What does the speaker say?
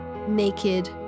naked